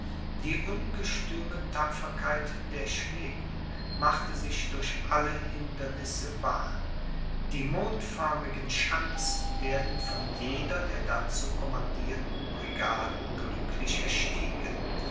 die ungestüme tapferkeit der schweden machte sich durch alle hindernisse bahn die mondförmigen schanzen werden von jeder der dazu commandierten brigaden glücklich erstiegen